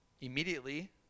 Immediately